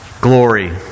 glory